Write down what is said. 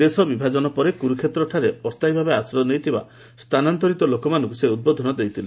ଦେଶ ବିଭାଜନ ପରେ କୁରୁକ୍ଷେତ୍ରଠାରେ ଅସ୍ଥାୟୀଭାବେ ଆଶ୍ରୟ ନେଇଥିବା ସ୍ଥାନାନ୍ତରିତ ଲୋକମାନଙ୍କୁ ସେ ଉଦ୍ବୋଧନ ଦେଇଥିଲେ